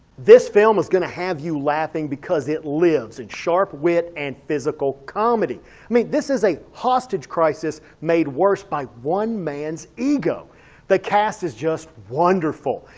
this film is gonna have you laughing because it lives in sharp wit and physical comedy. i mean this is a hostage crisis made worse by one man's ego the cast is just wonderful.